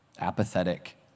apathetic